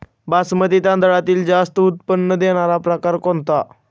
बासमती तांदळातील जास्त उत्पन्न देणारा प्रकार कोणता?